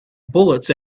bullets